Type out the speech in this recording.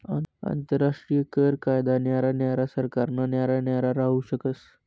आंतरराष्ट्रीय कर कायदा न्यारा न्यारा सरकारना न्यारा न्यारा राहू शकस